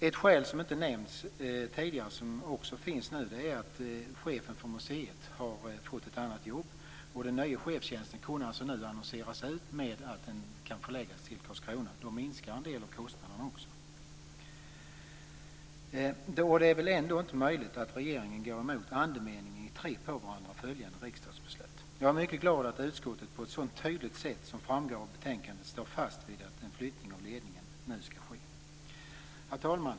Ett skäl som inte har nämnts tidigare är att chefen för museet har fått ett annat jobb. Den nya chefstjänsten, förlagd till Karlskrona, kunde nu alltså annonseras ut. Därigenom minskar en del av kostnaderna. Det är väl ändå inte möjligt att regeringen går emot andemeningen i tre på varandra följande riksdagsbeslut. Jag är mycket glad att utskottet på ett så tydligt sätt som framgår av betänkandet står fast vid att en flyttning av ledningen nu ska ske. Herr talman!